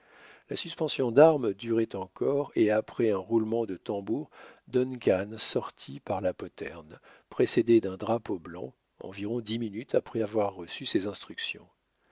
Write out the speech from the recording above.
la suspension d'armes durait encore et après un roulement de tambours duncan sortit par la poterne précédé d'un drapeau blanc environ dix minutes après avoir reçu ses instructions